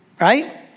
right